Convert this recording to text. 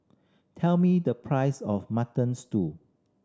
tell me the price of Mutton Stew